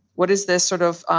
what is this sort of